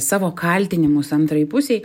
savo kaltinimus antrajai pusei